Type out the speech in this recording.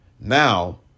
Now